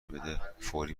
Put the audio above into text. بده، فوری